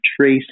trace